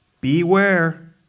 Beware